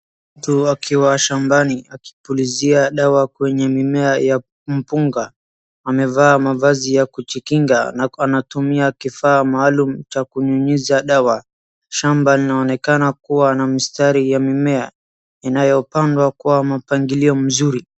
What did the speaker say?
Mtu akiwa shambani akipulizia dawa kwenye mimea ya mpunga, amevaa mavazi ya kujikinga na anatumia kifaa maalum cha kunyunyiza dawa. Shamba linaonekana kuwa na mstari ya mimea, inayopandwa kwa mpangilio mzuri.